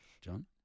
john